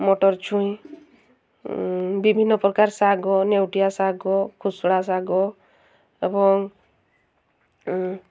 ମଟର ଛୁଇଁ ବିଭିନ୍ନ ପ୍ରକାର ଶାଗ ଲେଉଟିଆ ଶାଗ ଖୋସଡା ଶାଗ ଏବଂ